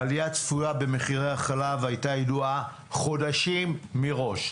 העלייה הצפויה במחירי החלב הייתה ידועה חודשים מראש,